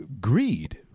greed